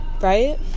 right